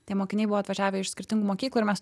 tie mokiniai buvo atvažiavę iš skirtingų mokyklų ir mes